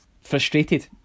frustrated